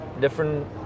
different